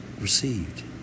received